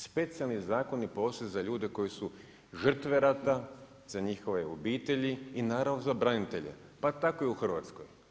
Specijalni zakoni postoje za ljude koji su žrtve rata, za njihove obitelji i naravno za branitelje, pa tako i u Hrvatskoj.